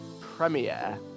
premiere